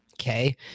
okay